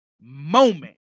moment